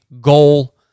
goal